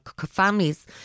families